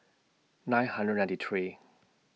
nine hundred ninety three